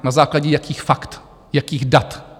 Na základě jakých fakt, jakých dat?